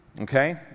Okay